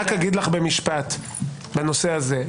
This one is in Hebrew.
רק אגיד לך במשפט בנושא הזה.